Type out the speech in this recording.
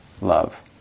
love